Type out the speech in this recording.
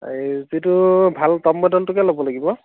এই যিটো ভাল টপ মডেলটোকে ল'ব লাগিব